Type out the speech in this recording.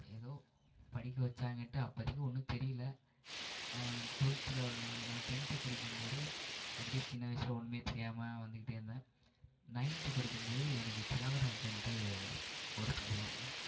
ஏதோ படிக்க வைச்சாங்கன்ட்டு அப்போதைக்கு ஒன்றும் தெரியலை டுவெல்த்தில் நான் டென்த்து படிக்கும்போது அப்படியே சின்ன வயசில் ஒன்றுமே தெரியாமல் வந்துகிட்டே இருந்தேன் நைன்த்து படிக்கும்போது எனக்கு தியாகராஜன்ட்டு ஒரு பையன்